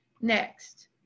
next